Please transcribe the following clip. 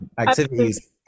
activities